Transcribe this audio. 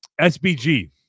SBG